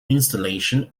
installation